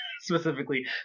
specifically